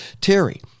Terry